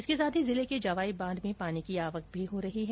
इसके साथ ही जिले के जवाई बांध में पानी की आवक हो रही है